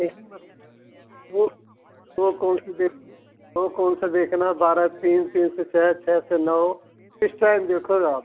यही बस वो वो कौन सी देखनी वो कौन सा देखना है बारह से तीन तीन से छ छ से नौ किस टाइम देखोगे आप